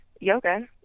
yoga